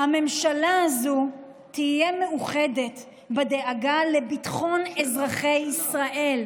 הממשלה הזאת תהיה מאוחדת בדאגה לביטחון אזרחי ישראל,